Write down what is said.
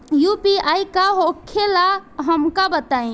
UPI का होखेला हमका बताई?